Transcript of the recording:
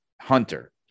Hunter